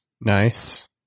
Nice